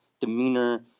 demeanor